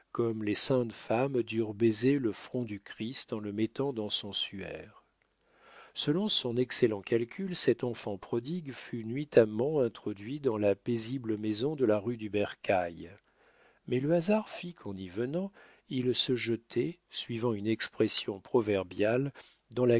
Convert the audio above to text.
les saintes femmes durent baiser le front du christ en le mettant dans son suaire selon son excellent calcul cet enfant prodigue fut nuitamment introduit dans la paisible maison de la rue du bercail mais le hasard fit qu'en y venant il se jetait suivant une expression proverbiale dans la